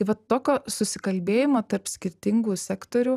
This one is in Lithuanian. tai vat tokio susikalbėjimo tarp skirtingų sektorių